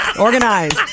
Organized